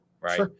Right